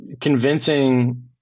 convincing